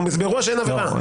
מראש אין עבירה.